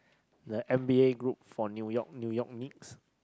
the n_b_a group for New York New York Knicks